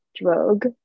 drug